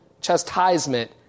chastisement